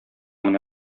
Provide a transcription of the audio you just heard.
менә